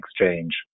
exchange